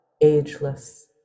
ageless